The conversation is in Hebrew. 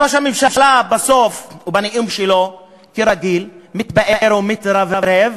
ראש הממשלה, בסוף בנאום שלו, כרגיל, מתפאר ומתרברב